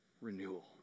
renewal